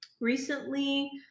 recently